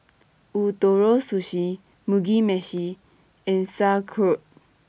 Ootoro Sushi Mugi Meshi and Sauerkraut